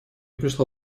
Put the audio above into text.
пришла